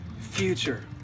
future